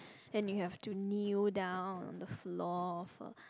and you have to kneel down on the floor for